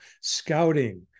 Scouting